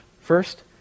first